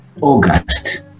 August